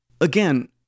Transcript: again